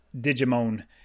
Digimon